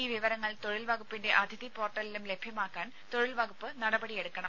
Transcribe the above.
ഈ വിവരങ്ങൾ തൊഴിൽ വകുപ്പിന്റെ അതിഥി പോർട്ടലിലും ലഭ്യമാക്കാൻ തൊഴിൽ വകുപ്പ് നടപടിയെടുക്കണം